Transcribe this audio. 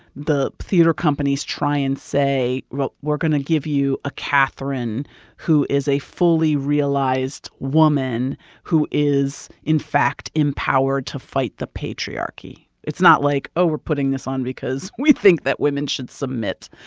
the theater companies try and say, well, we're going to give you a katherine who is a fully-realized woman woman who is, in fact, empowered to fight the patriarchy. it's not like, oh, we're putting this on because we think that women should submit